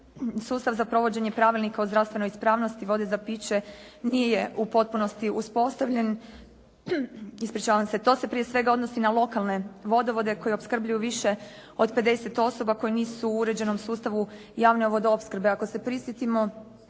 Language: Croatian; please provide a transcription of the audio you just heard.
Sustav za provođenje Pravilnika o zdravstvenoj ispravnosti vode za piće nije u potpunosti uspostavljen. To se prije svega odnosi na lokalne vodovode koji opskrbljuju više od 50 osoba koje nisu u uređenom sustavu javne vodoopskrbe. Ako se prisjetimo